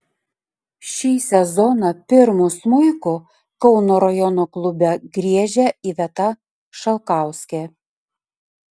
šį sezoną pirmu smuiku kauno rajono klube griežia iveta šalkauskė